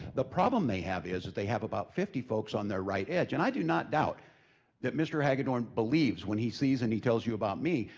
the problem they have is, is they have about fifty folks on their right edge. and i do not doubt that mr. hagedorn believes when he sees and he tells you about me.